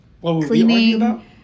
Cleaning